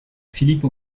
philippe